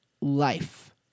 life